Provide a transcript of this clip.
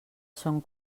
són